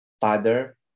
father